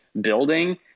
building